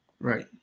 right